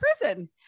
prison